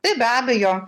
tai be abejo